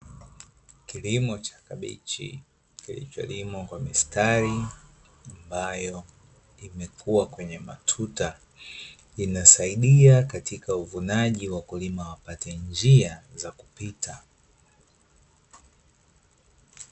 Kilimo cha kabichi kilicholimwa kwa mistari, ambayo imekua kwenye matuta, inasaidia katika uvunaji wakulima wapate njia za kupita.